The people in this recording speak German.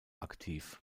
aktiv